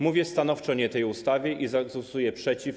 Mówię stanowczo „nie” tej ustawie i zagłosuję przeciw.